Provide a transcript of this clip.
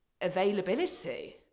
availability